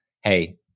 hey